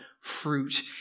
fruit